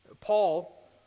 Paul